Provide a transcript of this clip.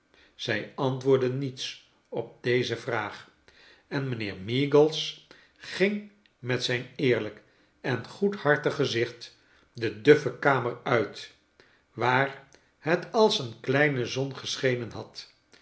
zij antwoordde niets op deze vraag en mijnheer meagles ging met zijn eerlijk en goedhartig gezicht de duffe kamer uit waar het als een kleine zon geschenen had